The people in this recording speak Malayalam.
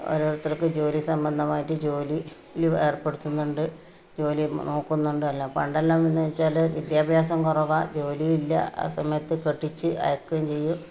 ഒരോരുത്തര്ക്ക് ജോലി സംബന്ധമായിട്ട് ജോലിയിലും ഏര്പ്പെടുത്തുന്നുണ്ട് ജോലി നോക്കുന്നുണ്ട് എല്ലാം പണ്ടെല്ലാം എന്ന് വെച്ചാൽ വിദ്യാഭ്യാസം കുറവാണ് ജോലി ഇല്ല ആ സമയത്ത് കെട്ടിച്ചു അയക്കുകയും ചെയ്യും